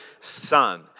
Son